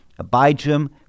Abijam